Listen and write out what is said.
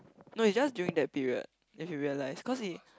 no it's just during that period then he realise cause he